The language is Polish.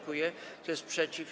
Kto jest przeciw?